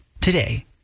Today